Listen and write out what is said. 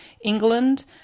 England